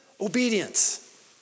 obedience